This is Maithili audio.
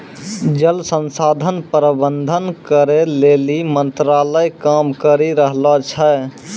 जल संसाधन प्रबंधन करै लेली मंत्रालय काम करी रहलो छै